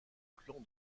clan